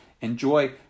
enjoy